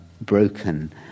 broken